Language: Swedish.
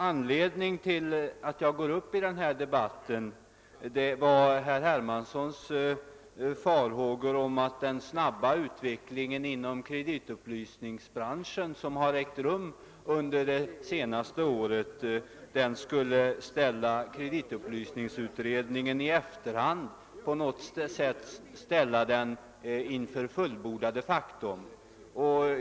Anledningen till att jag begärde ordet i denna debatt var de farhågor som herr Hermansson gav uttryck för, att den utveckling inom kreditupplysningsbranschen som ägt rum under det senaste året skulle medföra att kreditupplysningsutredningen kommer i efterhand — att den på något sätt ställs inför fullbordat faktum.